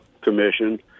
commission